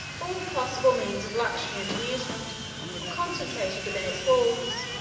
all possible means of luxury and amusement were concentrated within its walls.